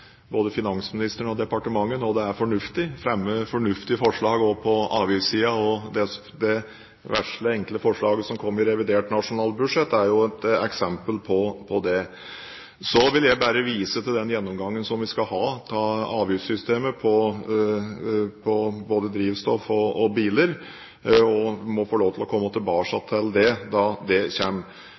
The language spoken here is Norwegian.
både finansministeren og departementet, når det er fornuftig, fremmer fornuftige forslag også på avgiftssiden. Det vesle, enkle forslaget som kom i revidert nasjonalbudsjett, er jo et eksempel på det. Så vil jeg bare vise til den gjennomgangen vi skal ha av avgiftssystemet for både drivstoff og biler, og jeg må få lov til å komme tilbake til det når det